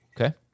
Okay